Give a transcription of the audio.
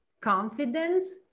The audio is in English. Confidence